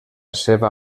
seva